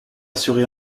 assurer